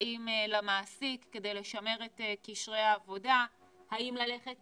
האם למעסיק, כדי לשמר את קשרי העבודה, האם ללכת